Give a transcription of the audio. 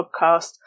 podcast